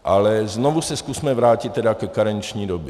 Ale znovu se zkusme vrátit tedy ke karenční době.